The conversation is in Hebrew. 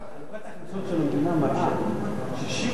הסברתי שחלוקת ההכנסות של המדינה מראה ש-65%